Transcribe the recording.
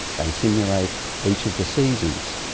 they simulate each of the seasons,